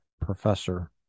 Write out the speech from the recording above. professor